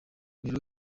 biro